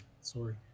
Sorry